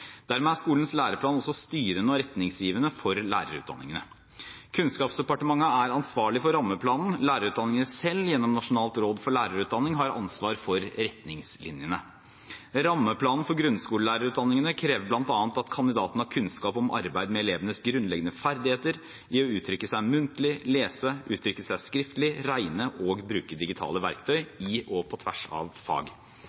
Dermed er skolens læreplan også styrende og retningsgivende for lærerutdanningene. Kunnskapsdepartementet er ansvarlig for rammeplanen. Lærerutdanningene selv, gjennom Nasjonalt råd for lærerutdanning, har ansvar for retningslinjene. Rammeplanen for grunnskolelærerutdanningene krever bl.a. at kandidatene har kunnskap om arbeid med elevenes grunnleggende ferdigheter i å uttrykke seg muntlig, lese, uttrykke seg skriftlig, regne og bruke digitale verktøy i og på tvers av fag.